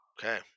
Okay